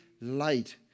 light